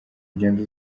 ugenda